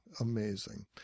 Amazing